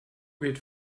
geht